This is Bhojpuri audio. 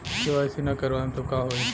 के.वाइ.सी ना करवाएम तब का होई?